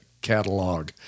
catalog